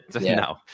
No